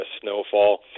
snowfall